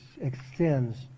extends